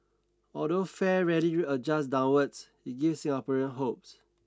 although fare rarely adjusts downwards it gives Singaporeans hopeS